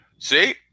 See